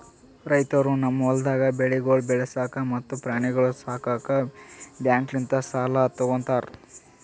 ರೈತುರು ತಮ್ ಹೊಲ್ದಾಗ್ ಬೆಳೆಗೊಳ್ ಬೆಳಸಾಕ್ ಮತ್ತ ಪ್ರಾಣಿಗೊಳ್ ಸಾಕುಕ್ ಬ್ಯಾಂಕ್ಲಿಂತ್ ಸಾಲ ತೊ ಗೋತಾರ್